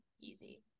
Easy